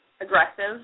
aggressive